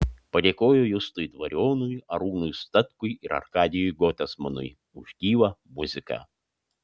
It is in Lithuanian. padėkojo justui dvarionui arūnui statkui ir arkadijui gotesmanui už gyvą muziką